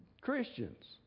Christians